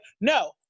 no